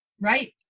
Right